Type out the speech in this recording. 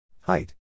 Height